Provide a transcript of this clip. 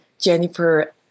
Jennifer